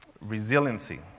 Resiliency